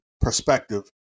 perspective